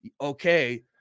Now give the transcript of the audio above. okay